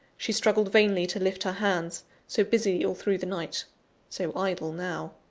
she struggled vainly to lift her hands so busy all through the night so idle now!